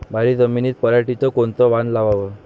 भारी जमिनीत पराटीचं कोनचं वान लावाव?